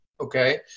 Okay